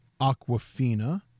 Aquafina